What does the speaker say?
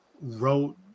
wrote